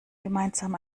gemeinsam